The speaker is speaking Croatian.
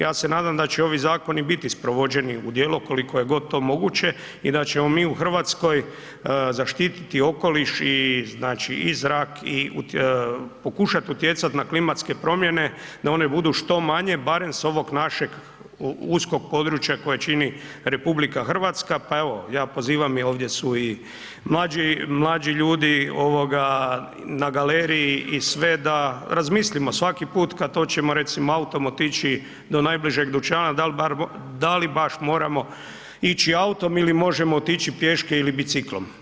Ja se nadam da će ovi zakoni biti sprovođeni u djelo koliko je god to moguće i da ćemo mi u Hrvatskoj zaštiti okoliš i znači i zrak i pokušati utjecati na klimatske promjene da one budu što manje, barem s ovog našeg uskok područja koje čini RH, pa evo, ja pozivam i ovdje su i mlađi ljudi, na galeriji i sve da razmislimo svaki put kad hoćemo, recimo autom otići do najbližeg dućana, da li baš moramo ići autom ili možemo otići pješke ili biciklom.